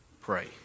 pray